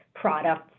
product